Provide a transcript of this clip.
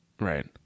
Right